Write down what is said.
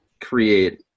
create